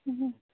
ꯎꯝ